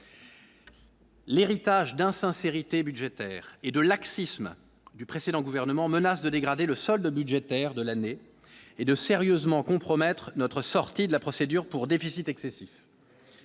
L'héritage d'insincérité budgétaire et de laxisme du précédent gouvernement menace de dégrader le solde budgétaire de l'année et de sérieusement compromettre notre sortie de la procédure pour déficit excessif